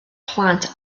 plant